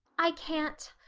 i can't.